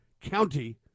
County